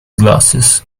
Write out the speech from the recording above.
glasses